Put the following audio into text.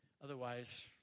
Otherwise